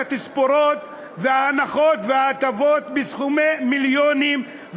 התספורות וההנחות וההטבות בסכומים של מיליונים,